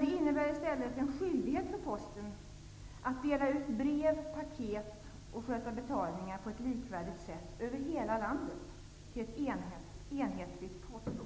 Det innebär en skyldighet för Posten att dela ut brev, paket och sköta betalningar på ett likvärdigt sätt över hela landet till ett enhetligt porto.